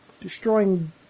destroying